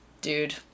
dude